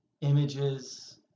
images